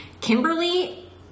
Kimberly